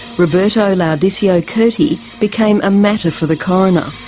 roberto laudisio curti became a matter for the coroner.